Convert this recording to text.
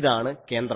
ഇതാണ് കേന്ദ്രം